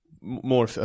more